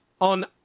on